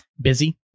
busy